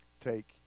take